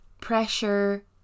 pressure